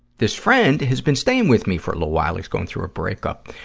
this friend has been staying with me for a little while he's going through a break-up.